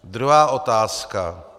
Druhá otázka.